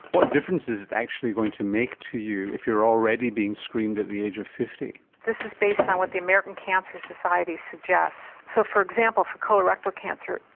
what difference is it actually going to make to you if you're already being screened at the age of fifty? this is based on what the american cancer society suggests for example for colorectal cancer,